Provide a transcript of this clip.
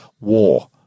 war